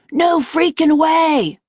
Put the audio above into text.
no freakin' way!